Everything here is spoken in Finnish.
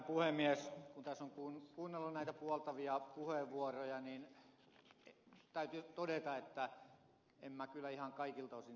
kun tässä on kuunnellut näitä puoltavia puheenvuoroja niin täytyy todeta että en minä kyllä ihan kaikilta osin niihin yhdy